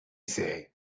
say